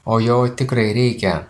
o jo tikrai reikia